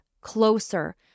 closer